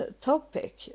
topic